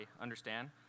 understand